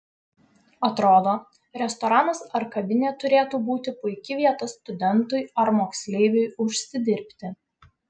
atrodo restoranas ar kavinė turėtų būti puiki vieta studentui ar moksleiviui užsidirbti